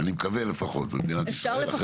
אני מקווה לפחות, במדינת ישראל.